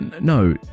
no